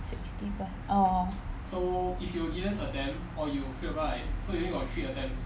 sixty per~ orh